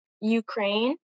Ukraine